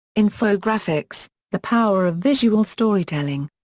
infographics the power of visual storytelling.